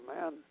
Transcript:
man